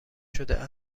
شده